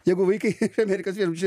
jeigu vaikai iš amerikos viešbučio